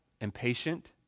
impatient